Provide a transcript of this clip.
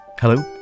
Hello